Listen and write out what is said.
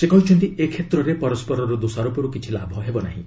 ସେ କହିଛନ୍ତି ଏ କ୍ଷେତ୍ରରେ ପରସ୍କରର ଦୋଷାରୋପରୁ କିଛି ଲାଭ ହେବ ନାହିଁ